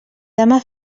demà